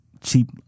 cheap